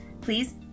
Please